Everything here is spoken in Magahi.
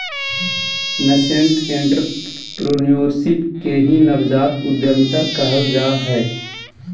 नसेंट एंटरप्रेन्योरशिप के ही नवजात उद्यमिता कहल जा हय